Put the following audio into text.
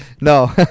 No